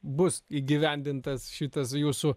bus įgyvendintas šitas jūsų